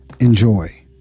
Enjoy